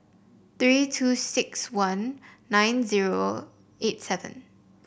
three two six one nine zero eight seven